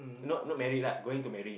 not not married lah going to marry